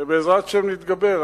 ובעזרת השם נתגבר.